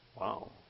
Wow